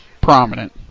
Prominent